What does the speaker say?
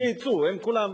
שיצאו.